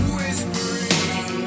whispering